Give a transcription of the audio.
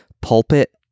pulpit